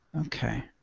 Okay